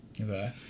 Okay